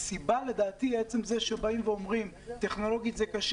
לדעתי עצם זה שאומרים שטכנולוגית זה קשה